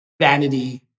vanity